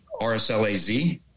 RSLAZ